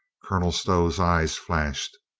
colonel stow's eyes flashed.